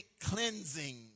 cleansing